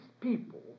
people